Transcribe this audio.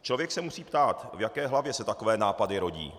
Člověk se musí ptát, v jaké hlavě se takové nápady rodí.